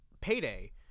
Payday